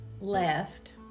Left